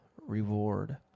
reward